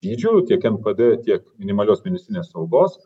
dydžių tiek npd tiek minimalios mėnesinės algos